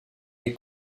est